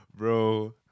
Bro